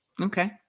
Okay